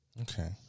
Okay